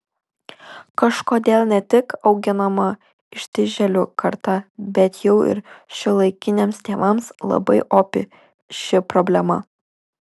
kažkodėl ne tik auginama ištižėlių karta bet jau ir šiuolaikiniams tėvams labai opi ši problema